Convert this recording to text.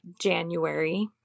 January